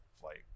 flight